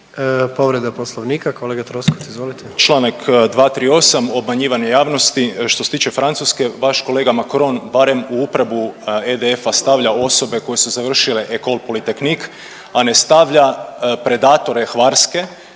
Povreda poslovnika, kolega Troskot izvolite. **Troskot, Zvonimir (MOST)** Čl. 238., obmanjivanje javnosti. Što se tiče Francuske vaš kolega Macron barem u upravu EDF-a stavlja osobe koje su završile Ecole Polytechnique, a ne stavlja predatore Hvarske